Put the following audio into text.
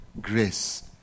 grace